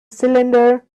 cylinder